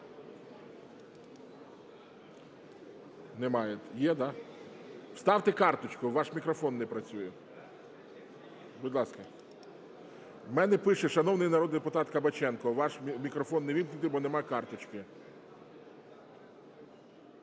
Немає. Є, да? Вставте карточку, ваш мікрофон не працює. Будь ласка. В мене пише, шановний народний депутат Кабаченко, ваш мікрофон не ввімкнутий, бо немає карточки.